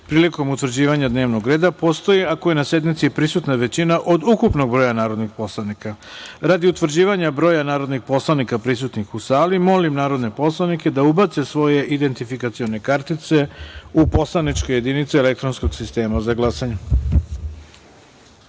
prilikom utvrđivanja dnevnog reda postoji ako je na sednici prisutna većina od ukupnog broja narodnih poslanika. Radi utvrđivanja broja narodnih poslanika prisutnih u sali, molim narodne poslanike da ubace svoje identifikacione kartice u poslaničke jedinice elektronskog sistema za